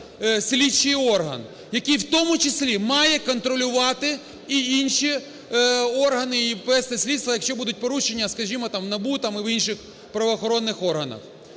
слідчий орган, який, в тому числі має контролювати і інші органи і вести слідства, якщо будуть порушення, скажімо, там в НАБУ і в інших правоохоронних органах?